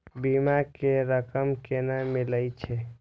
बीमा के रकम केना मिले छै?